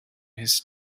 his